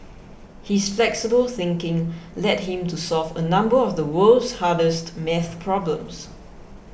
his flexible thinking led him to solve a number of the world's hardest maths problems